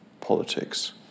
politics